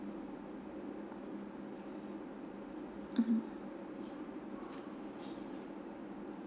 mmhmm